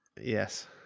Yes